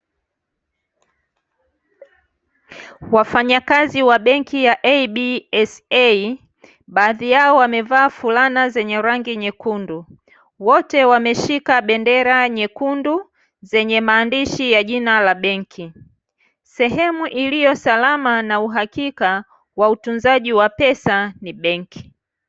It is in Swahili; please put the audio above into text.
Wafanyakazi wa benki ya ABSA baadhi yao wamevaa fulana zenye rangi nyekundu, wote wameshika bendera nyekundu zenye maandishi ya jina la benki, sehemu iliyo salama na uhakika wa utunzaji wa pesa ni benki.